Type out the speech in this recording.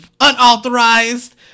unauthorized